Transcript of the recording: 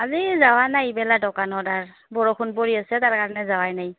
আজি যােৱা নাই এইবেলা দোকানত আৰু বৰষুণ পৰি আছে তাৰ কাৰণে যােৱাই নাই